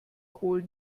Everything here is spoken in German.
kohl